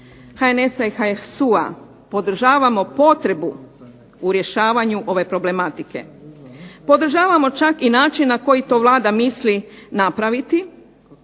HNS-a i HSU-a podržavamo potrebu u rješavanju ove problematike, podržavamo čak i način na koji to Vlada misli napraviti,